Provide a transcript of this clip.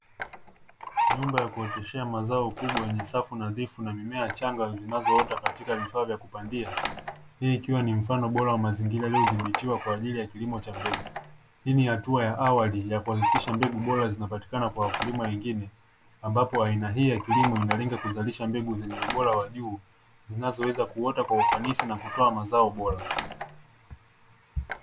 Nyumba ya kuoteshea mazao kubwa yenye safu nadhifu na mimea changa zinazotoa katika vifaa vya kupandia; hii ikiwa mfano bora katika mazingira yaliyodhibitiwa kwa ajili ya kilimo cha mbegu, hii ni hatua ya awali ya kuhakikisha mbegu bora zinapatikana kwa wakulima wengine; ambapo aina hii ya kilimo inalenga kuzalisha mbegu zenye ubora wa juu zinazoweza kuota kwa ufanisi na kutoa mazao bora.